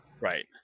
right